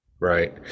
Right